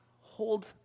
hold